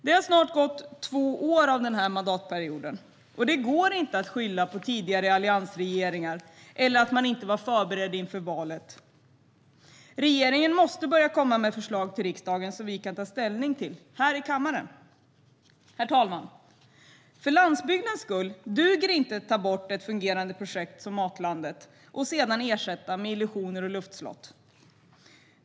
Det har snart gått två år av den här mandatperioden, och det går inte längre att skylla på tidigare alliansregeringar eller att man inte var förberedd inför valet. Regeringen måste börja komma med förslag till riksdagen som vi kan ta ställning till här i kammaren. Herr talman! För landsbygdens skull duger det inte att ta bort ett fungerande projekt som Matlandet och ersätta det med illusioner och luftslott.